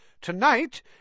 Tonight